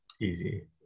easy